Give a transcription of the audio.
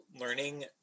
learning